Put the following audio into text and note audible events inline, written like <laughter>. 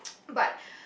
<noise> but